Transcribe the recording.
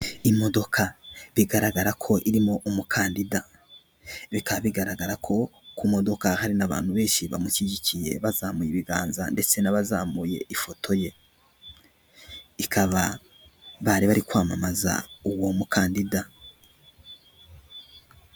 Imodoka igaragara ko irimo umukandida, bikaba bigaragara ko ku modoka hari n'abantu benshi bamushyigikiye bazamuye ibiganza, ndetse n'abazamuye ifoto ye. Ikaba bari barimo kwamamaza uwo mukandida.